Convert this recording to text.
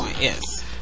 Yes